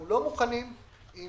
אנחנו לא מוכנים עם